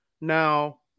Now